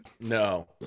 No